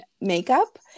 makeup